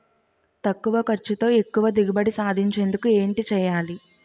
తక్కువ ఖర్చుతో ఎక్కువ దిగుబడి సాధించేందుకు ఏంటి చేయాలి?